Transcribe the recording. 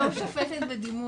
בתור שופטת בדימוס,